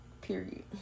Period